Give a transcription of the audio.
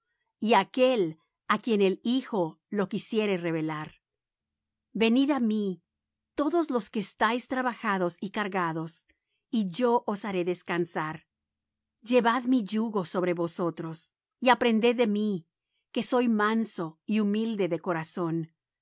y aquel á quien el hijo lo quisiere revelar venid á mí todos los que estáis trabajados y cargados que yo os haré descansar llevad mi yugo sobre vosotros y aprended de mí que soy manso y humilde de corazón